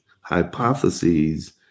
hypotheses